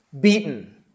beaten